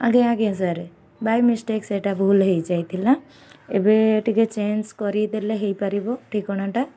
ଆଜ୍ଞା ଆଜ୍ଞା sir by mistake ସେଇଟା ଭୁଲ୍ ହେଇଯାଇଥିଲା ଏବେ ଟିକେ ଚେଞ୍ଜ୍ କରିଦେଲେ ହେଇପାରିବ ଠିକଣାଟା